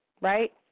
Right